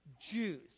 jews